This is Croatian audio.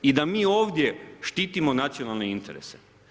I da mi ovdje štitimo nacionalne interese.